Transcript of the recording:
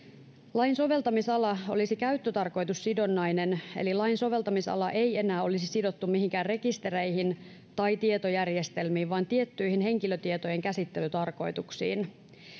lain soveltamisala olisi käyttötarkoitussidonnainen eli lain soveltamisala ei enää olisi sidottu mihinkään rekistereihin tai tietojärjestelmiin vaan tiettyihin henkilötietojen käsittelytarkoituksiin